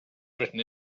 written